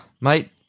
mate